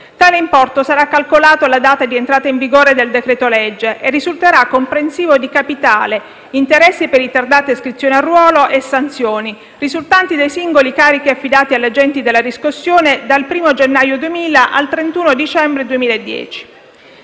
Tale importo sarà calcolato alla data di entrata in vigore del decreto-legge e risulterà comprensivo di capitale, interessi per ritardate iscrizioni a ruolo e sanzioni, risultanti dai singoli carichi affidati agli agenti della riscossione dal 1º gennaio 2000 al 31 dicembre 2010.